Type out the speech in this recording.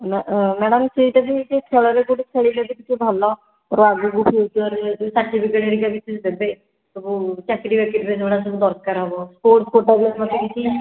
madam ସେଇଟା ଯେମିତି ଖେଳରେ କେଉଁଠି ଖେଳିଲେ ବି କିଛି ଭଲ ଆଗକୁ ଫିୟୁଚରରେ ଯଦି ସାର୍ଟିଫିକେଟ ହେରିକା କିଛି ଦେବେ ସବୁ ଚାକିରି ବାକିରୀରେ ଯେଉଁଟା ସବୁ ଦରକାର ହେବ କେଉଁଟା ଖେଳିବା